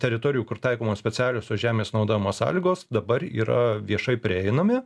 teritorijų kur taikomos specialiosios žemės naudojimo sąlygos dabar yra viešai prieinami